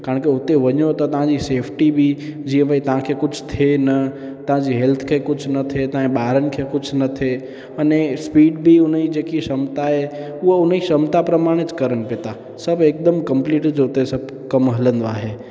कारण के हुते वञो त तव्हांजी सेफ़्टी बि जीअं भई तव्हांखे कुझु थिए न तव्हांजी हेल्थ खे कुझु न थिए तव्हांजे ॿारनि खे कुझु न थिए अने स्पीड बि हुनजी जेकी क्षमता आहे उहा हुनजी क्षमता प्रमाणित करनि पिया था सभु हिकदमि कंपलीट जो हुते सभु कमु हलंदो आहे